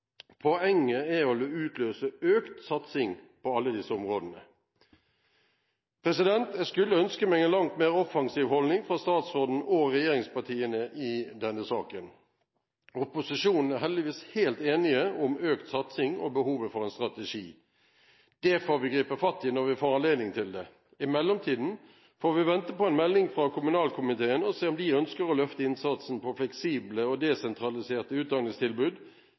Poenget er å utløse økt satsing på alle disse områdene. Jeg skulle ønske meg en langt mer offensiv holdning fra statsråden og regjeringspartiene i denne saken. Opposisjonspartiene er heldigvis helt enige om økt satsing og om behovet for en strategi. Det får vi gripe fatt i når vi får anledning til det. I mellomtiden får vi vente på en melding fra kommunalkomiteen, og se om de ønsker å løfte innsatsen når det gjelder fleksible og desentraliserte utdanningstilbud